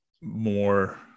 more